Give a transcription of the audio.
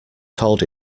called